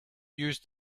use